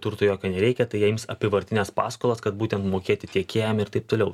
turto jokio nereikia tai jiems apyvartinės paskolos kad būtent mokėti tiekėjams ir taip toliau